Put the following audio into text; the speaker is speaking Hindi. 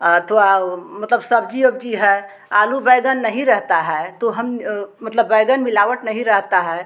अथवा वह मतलब सब्ज़ी वब्ज़इ है आलू बैंगन नहीं रहता है तो हम मतलब बैंगन मिलावट नहीं रहता है